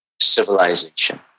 Civilization